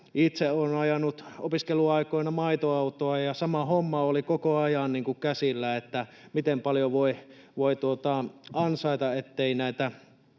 Itse olen ajanut opiskeluaikoina maitoautoa, ja sama homma oli koko ajan niin kuin käsillä, että miten paljon voi ansaita, ettei